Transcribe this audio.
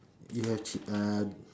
you have ch~ uh